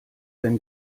denn